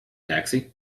taxi